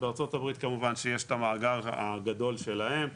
בארה"ב כמובן שיש את המאגר הגדול שלהם,